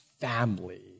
family